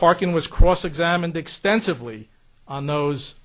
parking was cross examined extensively on those